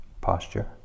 posture